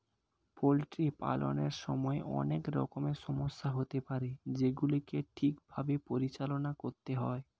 poultry পালনের সময় অনেক রকমের সমস্যা হতে পারে যেগুলিকে ঠিক ভাবে পরিচালনা করতে হয়